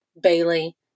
Bailey